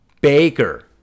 Baker